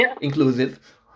inclusive